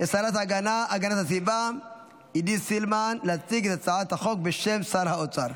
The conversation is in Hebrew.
השרה להגנת הסביבה עידית סילמן להציג את הצעת החוק בשם שר האוצר.